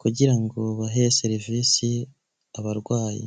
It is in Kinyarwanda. kugirango bahe serivisi abarwayi.